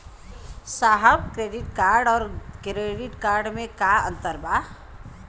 साहब debit card और credit card में का अंतर बा?